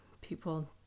people